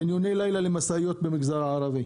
חניוני לילה למשאיות במגזר הערבי.